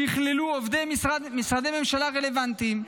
שיכללו עובדי משרדי ממשלה רלוונטיים,